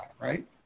right